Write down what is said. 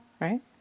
right